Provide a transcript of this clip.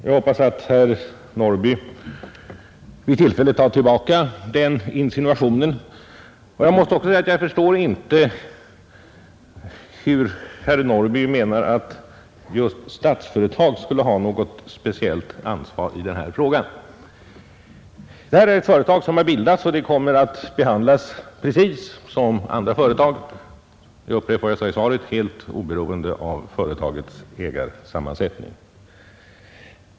Jag hoppas att herr Norrby vid tillfälle tar tillbaka den insinuationen. Jag måste också säga att jag inte förstår hur herr Norrby menar att just Statsföretag AB skulle ha något speciellt ansvar i denna fråga. Detta företag har bildats och kommer att behandlas precis som andra företag — jag upprepar vad jag sade i svaret — helt oberoende av ägareförhållandena.